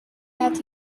that